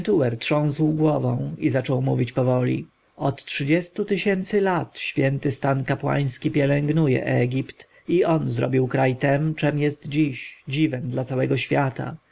pentuer trząsł głową i zaczął mówić powoli od trzydziestu tysięcy lat święty stan kapłański pielęgnuje egipt i on zrobił kraj tem czem jest dziś dziwem dla całego świata